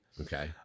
Okay